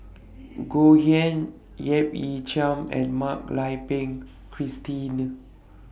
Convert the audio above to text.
Goh Yihan Yap Ee Chian and Mak Lai Peng Christine